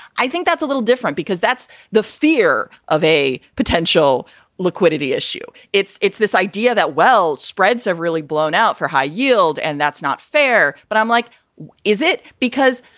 i think that's a little different because that's the fear of a potential liquidity issue. it's it's this idea that, well, spreads have really blown out for high yield. and that's not fair. but i'm like, why is it? because